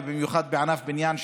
ובמיוחד בענף הבניין,